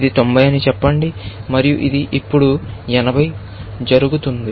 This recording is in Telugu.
ఇది 90 అని చెప్పండి మరియు ఇది ఇప్పుడు 80 జరుగుతుంది